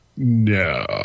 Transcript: No